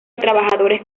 trabajadores